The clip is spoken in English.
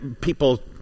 people